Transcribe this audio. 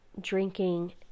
Drinking